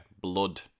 blood